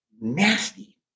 nasty